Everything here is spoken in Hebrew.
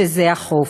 שזה החוף.